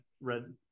red